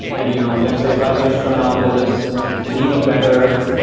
and you know and let's say, five years from now there is an even better,